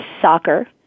soccer